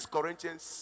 Corinthians